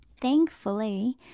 Thankfully